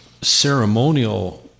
ceremonial